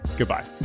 goodbye